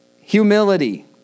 humility